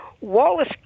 Wallace